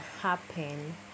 happen